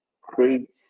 create